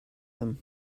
them